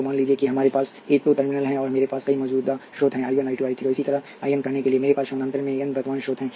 तो मान लीजिए कि हमारे पास ये दो टर्मिनल हैं और मेरे पास कई मौजूदा स्रोत हैं I 1 I 2 I 3 और इसी तरह I N कहने के लिए मेरे पास समानांतर में N वर्तमान स्रोत हैं